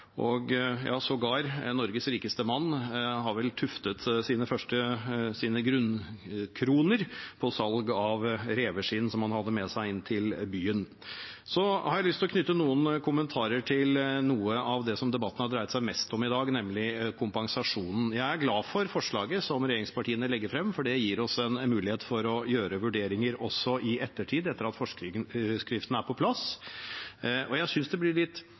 seg. Ja, sågar har Norges rikeste mann tuftet sine grunnkroner på salg av reveskinn som han hadde med seg inn til byen. Så har jeg lyst til knytte noen kommentarer til noe av det som debatten har dreid seg mest om i dag, nemlig kompensasjonen. Jeg er glad for forslaget som regjeringspartiene legger frem, for det gir oss en mulighet for å foreta vurderinger også i ettertid etter at forskriftene er på plass. Jeg synes det blir litt